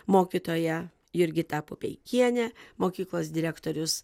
mokytoja jurgita pupeikienė mokyklos direktorius